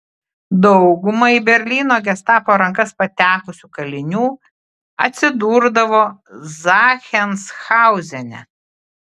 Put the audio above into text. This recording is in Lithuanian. dauguma į berlyno gestapo rankas patekusių kalinių atsidurdavo zachsenhauzene